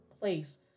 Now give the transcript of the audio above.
place